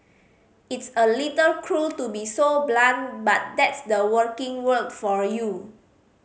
it's a little cruel to be so blunt but that's the working world for you